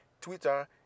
Twitter